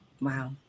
Wow